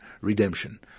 redemption